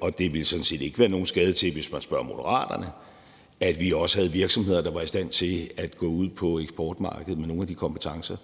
og det ville sådan set ikke være nogen skade til, hvis man spørger Moderaterne, at vi også havde virksomheder, der var i stand til at gå ud på eksportmarkedet med nogle af de kompetencer,